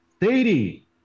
Thady